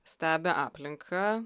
stebi aplinką